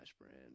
brand